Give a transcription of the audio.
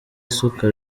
isuka